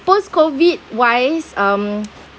post COVID wise um